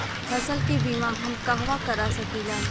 फसल के बिमा हम कहवा करा सकीला?